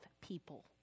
people